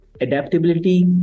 adaptability